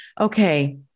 Okay